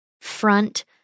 front